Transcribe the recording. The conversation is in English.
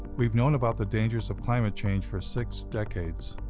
we've known about the dangers of climate change for six decades.